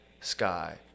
sky